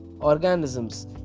organisms